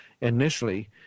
initially